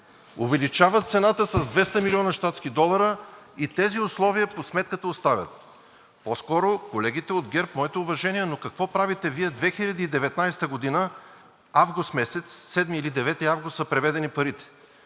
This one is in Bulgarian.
увеличават цената с 200 млн. щатски долара и тези условия по сметката остават. По-скоро колегите от ГЕРБ, моите уважения, но какво правите Вие 2019 г. август месец, 7 или 9 август са преведени парите?